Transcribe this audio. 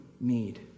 need